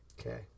okay